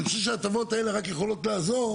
אני חושב שההטבות האלה רק יכולות לעזור.